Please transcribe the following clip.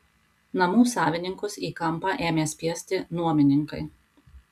namų savininkus į kampą ėmė spiesti nuomininkai